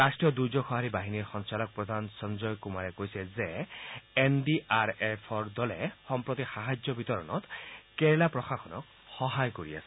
ৰাট্টীয় দূৰ্যোগ সঁহাৰি বাহিনীৰ সঞ্চালকপ্ৰধান সঞ্জয় কুমাৰে কৈছে যে এন ডি আৰ এফৰ দলে সম্প্ৰতি সাহায্য সামগ্ৰী বিতৰণত কেৰালা প্ৰশাসনক সহায় কৰি আছে